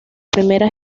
primera